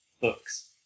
books